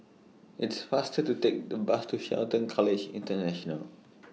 It's faster to Take The Bus to Shelton College International